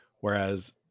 Whereas